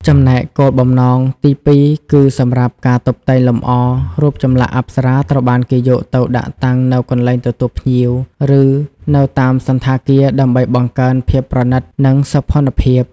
ចំណែកគោលបំណង ទីពីរ គឺសម្រាប់ ការតុបតែងលម្អ រូបចម្លាក់អប្សរាត្រូវបានគេយកទៅដាក់តាំងនៅកន្លែងទទួលភ្ញៀវ ឬនៅតាមសណ្ឋាគារ ដើម្បីបង្កើនភាពប្រណិត និងសោភ័ណភាព។